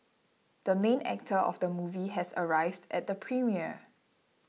the main actor of the movie has arrived at the premiere